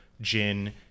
gin